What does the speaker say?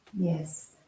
Yes